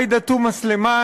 עאידה תומא סלימאן,